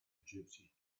gypsy